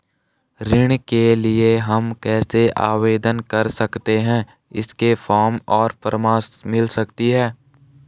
ऋण के लिए हम कैसे आवेदन कर सकते हैं इसके फॉर्म और परामर्श मिल सकती है?